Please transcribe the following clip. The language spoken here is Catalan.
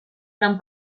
gran